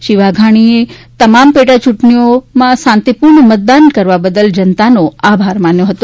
શ્રી વાઘાણી તમામ પેટાચૂંટણીઓમાં શાંતિપૂર્ણ મતદાન કરવા બદલ જનતાનો આભાર માન્યો છે